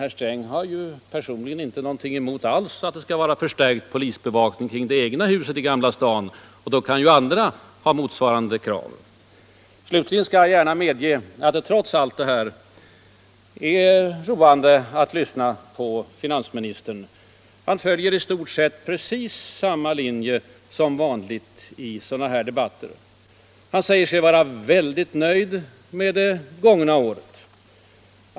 Herr Sträng har ju själv inte alls någonting emot en förstärkt polisbevakning kring det Allmänpolitisk debatt Allmänpolitisk debatt egna huset i Gamla Stan. Då kan ju andra ha rätt att resa motsvarande krav på rättsskydd. Trots allt skall jag sedan gärna medge att det är roande att lyssna på finansministern. Han följer i stort sett precis samma linje som vanligt i sådana här debatter. Han säger sig vara väldigt nöjd med det gångna året.